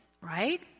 Right